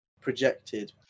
projected